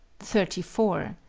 thirty four.